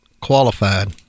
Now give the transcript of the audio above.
qualified